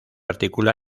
articula